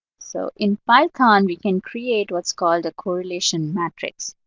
so in python, we can create what's called a correlation matrix.